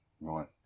Right